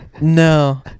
No